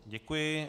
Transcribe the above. Děkuji.